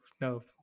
no